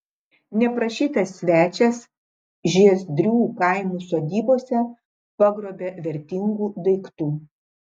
neprašytas svečias žiezdrių kaimų sodybose pagrobė vertingų daiktų